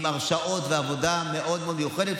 עם הרשאות ועבודה מאוד מאוד מיוחדת,